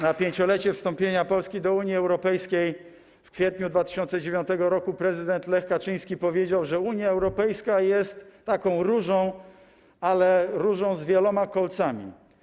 Na pięciolecie wstąpienia Polski do Unii Europejskiej, w kwietniu 2009 r. prezydent Lech Kaczyński powiedział, że Unia Europejska jest taką różą, ale różą z wieloma kolcami.